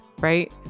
right